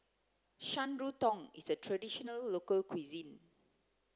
shan rui tang is a traditional local cuisine